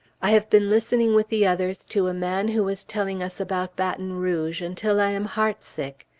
i have been listening with the others to a man who was telling us about baton rouge, until i am heartsick.